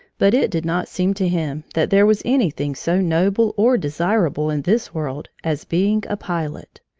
but it did not seem to him that there was anything so noble or desirable in this world as being a pilot.